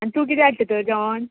आनी तूं किदें हाडटा तर जेवण